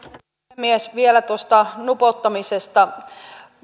puhemies vielä tuosta nupouttamisesta